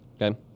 okay